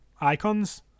icons